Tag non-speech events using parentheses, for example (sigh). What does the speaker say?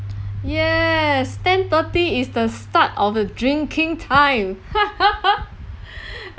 yes ten thirty is the start of a drinking time (laughs)